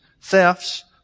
thefts